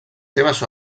seves